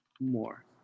more